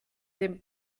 der